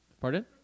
Pardon